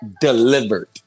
delivered